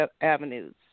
avenues